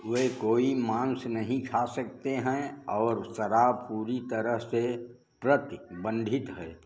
वह कोई मांस नहीं खा सकते हैं और शराब पूरी तरह से प्रतिबंधित है